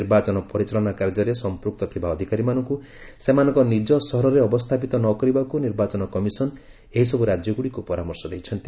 ନିର୍ବାଚନ ପରିଚାଳନା କାର୍ଯ୍ୟରେ ସମ୍ପୃକ୍ତ ଥିବା ଅଧିକାରୀମାନଙ୍କୁ ସେମାନଙ୍କ ନିଜ ସହରରେ ଅବସ୍ଥାପିତ ନ କରିବାକୁ ନିର୍ବାଚନ କମିଶନ ଏହିସବୁ ରାଜ୍ୟଗୁଡିକୁ ପରାମର୍ଶ ଦେଇଛନ୍ତି